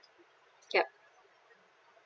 yup